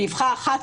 באבחה אחת,